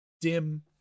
Dim